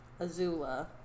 Azula